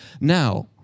now